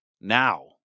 Now